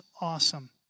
awesome